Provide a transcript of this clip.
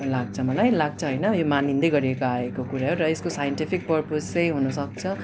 लाग्छ मलाई लाग्छ होइन यो मानिँदै गरेको आएको कुरा हो र यसको साइन्टिफिक प्रपोज चाहिँ हुनसक्छ